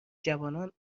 جوانان